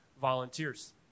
volunteers